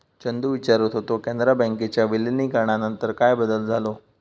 चंदू विचारत होतो, कॅनरा बँकेच्या विलीनीकरणानंतर काय बदल झालो?